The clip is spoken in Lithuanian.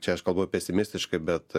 čia aš kalbu pesimistiškai bet